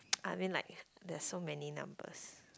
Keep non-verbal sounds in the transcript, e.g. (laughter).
(noise) I mean like there are so many number